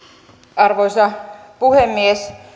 arvoisa puhemies